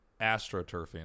astroturfing